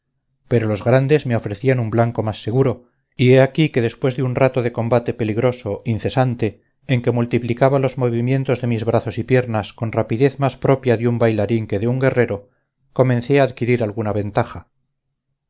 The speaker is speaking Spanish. pero los grandes me ofrecían un blanco más seguro y he aquí que después de un rato de combate peligroso incesante en que multiplicaba los movimientos de mis brazos y piernas con rapidez más propia de un bailarín que de un guerrero comencé a adquirir alguna ventaja